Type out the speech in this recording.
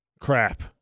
crap